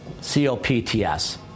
C-O-P-T-S